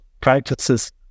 practices